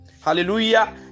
Hallelujah